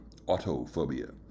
autophobia